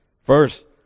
First